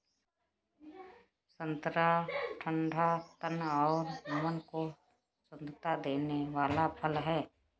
संतरा ठंडा तन और मन को प्रसन्नता देने वाला फल है